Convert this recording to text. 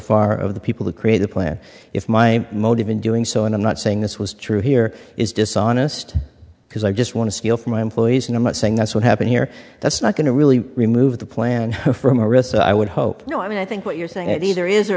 over the people who create the plan if my motive in doing so and i'm not saying this was true here is dishonest because i just want to steal from my employees and i'm not saying that's what happened here that's not going to really remove the plan from a risk so i would hope you know i mean i think what you're saying it either is or